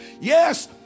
Yes